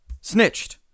snitched